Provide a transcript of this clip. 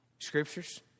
Scriptures